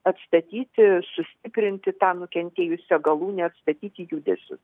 atstatyti sustiprinti tą nukentėjusią galūnę atstatyti judesius